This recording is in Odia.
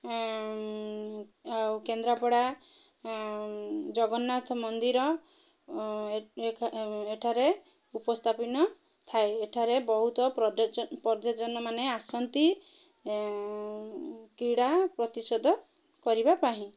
ଆଉ କେନ୍ଦ୍ରାପଡ଼ା ଜଗନ୍ନାଥ ମନ୍ଦିର ଏଠାରେ ଉପସ୍ଥାପନା ଥାଏ ଏଠାରେ ବହୁତ ପର୍ଯ୍ୟଟକ ମାନେ ଆସନ୍ତି କ୍ରୀଡ଼ା ପ୍ରତିଶୋଧ କରିବା ପାଇଁ